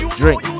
drink